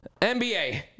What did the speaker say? NBA